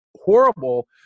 horrible